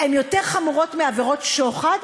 הן יותר חמורות מעבירות שוחד.